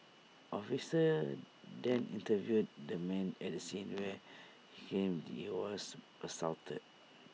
officers then interviewed the man at the scene where he claimed he was assaulted